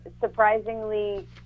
surprisingly